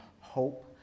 hope